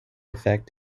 effect